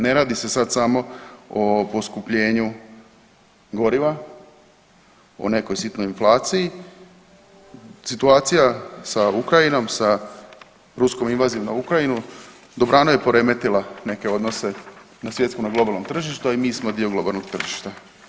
Ne radi se sad samo o poskupljenju goriva, o nekoj sitnoj inflaciji, situacija sa Ukrajinom, sa ruskom invazijom na Ukrajinu dobrano je poremetila neke odnose na svjetskom, na globalnom tržištu, a i mi smo dio globalnog tržišta.